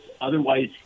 otherwise